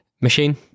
machine